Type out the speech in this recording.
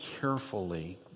carefully